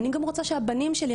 אני גם רוצה שהבנים שלי,